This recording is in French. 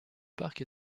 parc